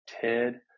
Ted